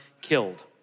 killed